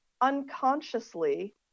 unconsciously